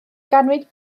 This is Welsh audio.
ganwyd